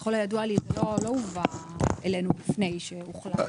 ככל הידוע לי, זה לא הובא אלינו לפני אישור מוחלט